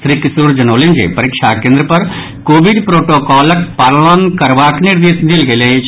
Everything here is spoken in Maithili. श्री किशोर जनौलनि जे परीक्षा केन्द्र पर कोविड प्रोटोकॉलक पालन करबाक निर्देश देल गेल अछि